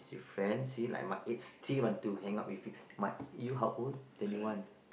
friends see like my age still want to hang out with you but you how would then you want